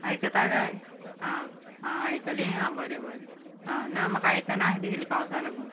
आयकता काय आं आं आयकलें आं बरें बरें ना म्हाका आयकना आशिल्लें पावसाक लागून